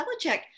Belichick